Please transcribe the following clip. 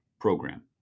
Program